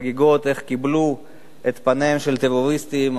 איך קיבלו את פניהם של טרוריסטים.